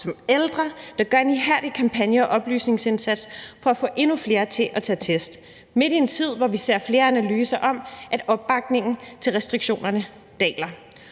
som ældre, der gør en ihærdig kampagne- og oplysningsindsats for at få endnu flere til at tage test – midt i en tid, hvor vi ser flere analyser om, at opbakningen til restriktionerne daler.